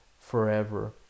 forever